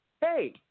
Hey